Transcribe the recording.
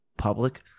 public